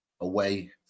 away